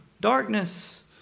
darkness